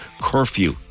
curfew